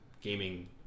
gaming